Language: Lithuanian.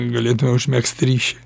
galėtume užmegzti ryšį